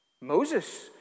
Moses